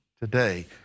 today